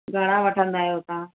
घणा वठंदा आ्योहि तव्हां